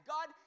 God